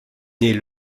née